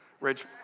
Rich